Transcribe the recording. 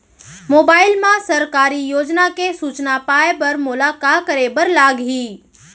mobile मा सरकारी योजना के सूचना पाए बर मोला का करे बर लागही